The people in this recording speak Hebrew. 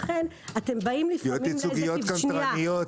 לכן אתם באים לפעמים ל --- תביעות ייצוגיות קנטרניות,